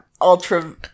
Ultra